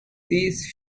these